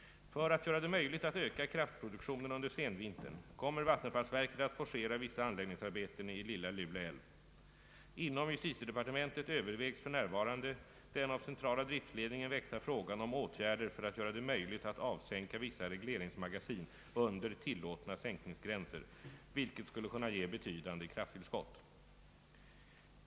För att göra det möjligt att öka kraftproduktionen under senvintern kommer vattenfallsverket att forcera vissa anläggningsarbeten i Lilla Lule älv. Inom justitiedepartementet övervägs för närvarande den av centrala driftledningen väckta frågan om åtgärder för att göra det möjligt att avsänka vissa regleringsmagasin under tillåtna sänkningsgränser, vilket skulle kunna ge betydande krafttillskott.